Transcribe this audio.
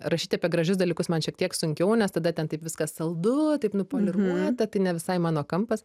rašyti apie gražius dalykus man šiek tiek sunkiau nes tada ten taip viskas saldu taip nupoliruota tai ne visai mano kampas